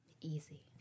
Easy